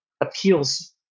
appeals